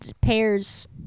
pairs